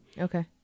Okay